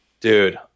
Dude